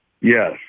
Yes